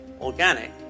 organic